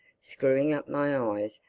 screwing up my eyes,